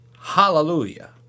Hallelujah